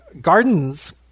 gardens